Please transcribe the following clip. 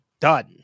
done